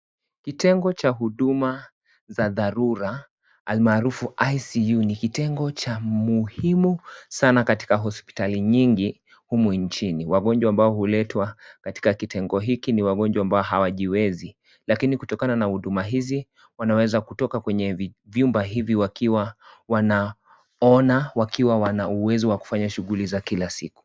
Kitengo cha huduma za dharura alimaarufu ICU ni kitengo cha muhimu sana katika hospitali nyingi humu nchini. Wagonjwa ambao huletwa katika kitengo hiki ni wagonjwa ambao hawajiwezi, Lakini kutokana na huduma hizi wanaweza kutoka kwenye vyumba hivi wakiwa wanaona wakiwa na uwezo wa kufanya shughuli za kila siku.